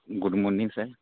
good morning sir